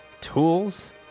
tools